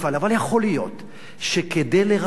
אבל יכול להיות שכדי לרפא